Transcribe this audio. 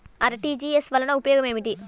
RTGS వలన ఉపయోగం ఏమిటీ?